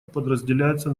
подразделяются